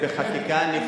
זה בחקיקה.